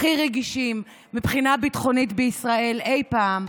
הכי רגישים מבחינה ביטחונית בישראל אי פעם.